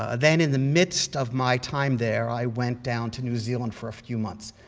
ah then in the midst of my time there, i went down to new zealand for a few months.